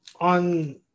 on